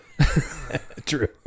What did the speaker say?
True